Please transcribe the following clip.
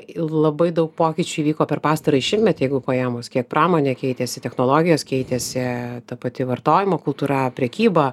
labai daug pokyčių įvyko per pastarąjį šimtmetį jeigu paėmus kiek pramonė keitėsi technologijos keitėsi ta pati vartojimo kultūra prekyba